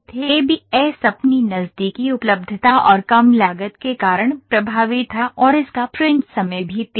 ABS अपनी नज़दीकी उपलब्धता और कम लागत के कारण प्रभावी था और इसका प्रिंट समय भी तेज था